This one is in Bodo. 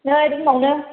नै रुमावनो